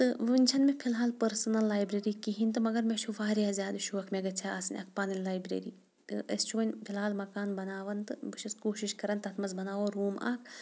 تہٕ وٕنہِ چھنہٕ مےٚ فِلحال پٔرسٕنَل لایبرٔری کِہیٖنۍ تہٕ مگر مےٚ چھُ واریاہ زیادٕ شوق مےٚ گژھِ ہا آسٕنۍ اَکھ پَنٕنۍ لایبرٔری تہٕ أسۍ چھُ وٕنہِ فِلحال مکان بناوان تہٕ بہٕ چھس کوٗشِش کَران تَتھ منٛز بناوَو روٗم اَکھ